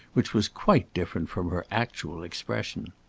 which was quite different from her actual expression.